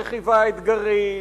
רכיבה אתגרית,